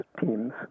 teams